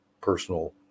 personal